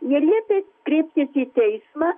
jie liepė kreiptis į teismą